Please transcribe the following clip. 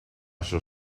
shall